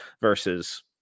versus